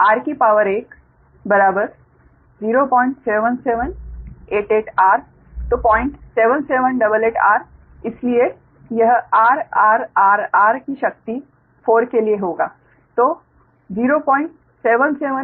इसलिए r 07788r तो 07788r इसलिए यह r r r r की शक्ति 4 के लिए होगा